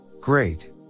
Great